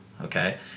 okay